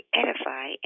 edify